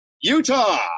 Utah